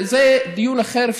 זה דיון אחר.